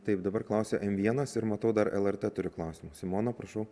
taip dabar klausia em vienas ir matau dar lrt turi klausimų simona prašau